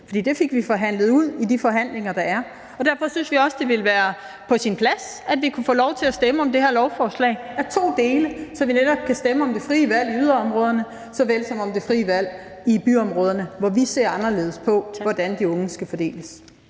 for det fik vi forhandlet ud ved de forhandlinger, der er i gang, og derfor synes vi også, det ville være på sin plads, at vi kunne få lov til at stemme om det her lovforslag i to dele, så vi netop kan stemme om det frie valg i såvel yderområderne som i byområderne, hvor vi ser anderledes på, hvordan de unge skal fordeles.